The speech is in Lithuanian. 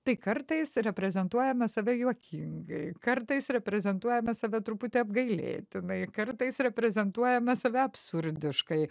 tai kartais reprezentuojame save juokingai kartais reprezentuojame save truputį apgailėtinai kartais reprezentuojame save absurdiškai